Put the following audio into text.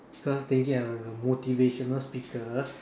cause thinking I'm a motivational speaker